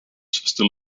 still